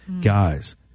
Guys